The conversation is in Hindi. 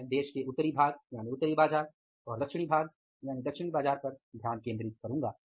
मैं देश के उत्तरी भाग और दक्षिणी भाग पर ध्यान केंद्रित करूंगा